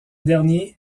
derniers